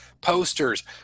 posters